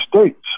States